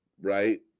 right